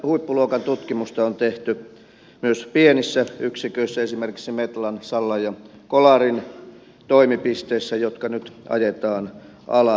huippuluokan tutkimusta on tehty myös pienissä yksiköissä esimerkiksi metlan sallan ja kolarin toimipisteissä jotka nyt ajetaan alas